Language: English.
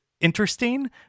interesting